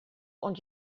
und